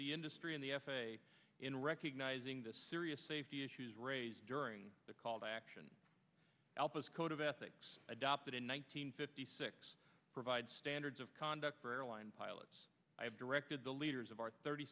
the industry and the f a a in recognizing the serious safety issues raised during the call to action help us code of ethics adopted in one nine hundred fifty six provide standards of conduct for airline pilots i have directed the leaders of our thirty